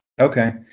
Okay